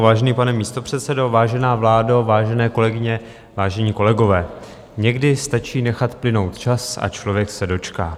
Vážený pane místopředsedo, vážená vládo, vážené kolegyně, vážení kolegové, někdy stačí nechat plynout čas a člověk se dočká.